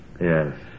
Yes